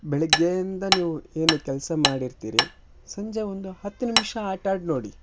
ಬೆಳಗ್ಗೆಯಿಂದ ನೀವು ಏನು ಕೆಲಸ ಮಾಡಿರ್ತೀರಿ ಸಂಜೆ ಒಂದು ಹತ್ತು ನಿಮಿಷ ಆಟಾಡಿ ನೋಡಿ